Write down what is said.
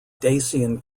dacian